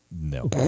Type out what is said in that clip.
No